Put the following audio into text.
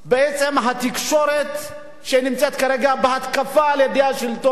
בעצם התקשורת נמצאת כרגע בהתקפה על-ידי השלטון,